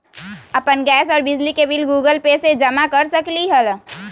अपन गैस और बिजली के बिल गूगल पे से जमा कर सकलीहल?